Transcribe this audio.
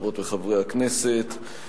חברות וחברי הכנסת,